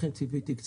לכן ציפיתי.